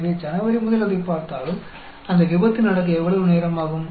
எனவே ஜனவரி முதல் அதைப் பார்த்தாலும் அந்த விபத்து நடக்க எவ்வளவு நேரம் ஆகும்